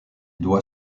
doit